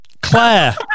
claire